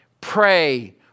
Pray